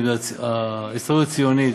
אם זה ההסתדרות הציונית,